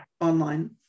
online